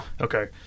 Okay